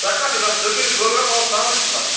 تۄہہِ کَر چھُو گژھُن تُہۍ کٔرِو پرٛوگرام وَلہٕ سَہلٕے چھُ پَتہٕ